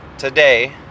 Today